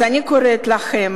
אני קוראת לכם,